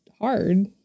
hard